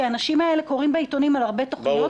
כי האנשים האלה קוראים בעיתונים על הרבה תוכניות.